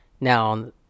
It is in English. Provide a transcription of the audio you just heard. Now